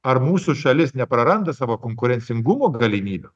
ar mūsų šalis nepraranda savo konkurencingumo galimybių